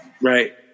Right